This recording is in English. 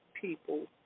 people